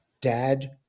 dad